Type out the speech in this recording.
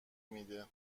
میده